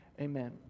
amen